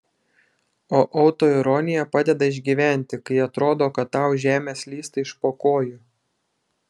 o autoironija padeda išgyventi kai atrodo kad tau žemė slysta iš po kojų